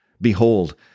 Behold